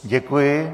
Děkuji.